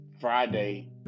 Friday